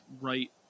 right